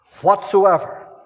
whatsoever